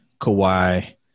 Kawhi